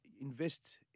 invest